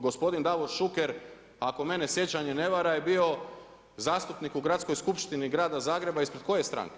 Gospodin Davor Šuker, ako mene sjećanje ne vara je bio zastupnik u gradskoj skupštini Grada Zagreba, ispred koje stranke?